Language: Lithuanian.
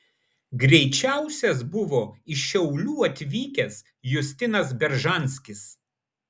greičiausias buvo iš šiaulių atvykęs justinas beržanskis